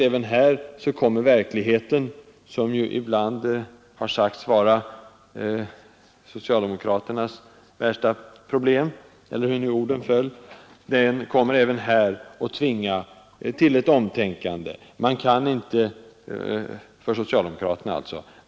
Även här tror jag att verkligheten, som ju har sagts vara socialdemokraternas värsta problem — eller hur nu orden föll —, kommer att tvinga socialdemokraterna till ett omtänkande.